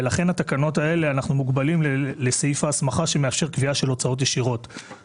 ולכן אנחנו מוגבלים לסעיף ההסמכה שמאפשר קביעה של הוצאות ישירות בתקנות.